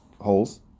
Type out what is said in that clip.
holes